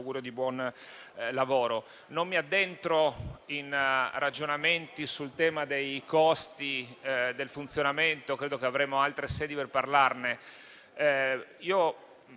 Non mi addentro in ragionamenti sul tema dei costi di funzionamento, perché credo che avremo altre sedi per parlarne.